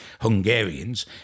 Hungarians